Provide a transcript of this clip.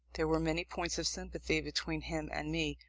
there were many points of sympathy between him and me,